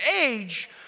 age